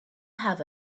have